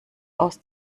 aus